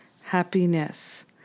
happiness